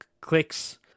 clicks